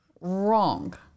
Wrong